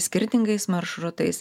skirtingais maršrutais